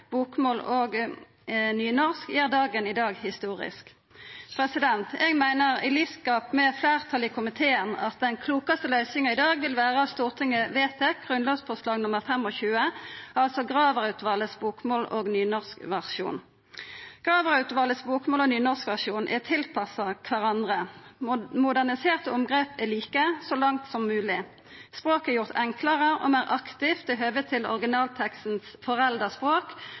bokmål og nynorsk, gjer dagen i dag historisk. Eg meiner i likskap med fleirtalet i komiteen at den klokaste løysinga i dag vil vera at Stortinget vedtar grunnlovsforslag nr. 25, altså Graver-utvalet sin bokmåls- og nynorskversjon. Graver-utvalet sin bokmåls- og nynorskversjon er tilpassa kvarandre. Moderniserte omgrep er like så langt som mogleg. Språket er gjort enklare og meir aktivt i høve til originalteksten sitt forelda språk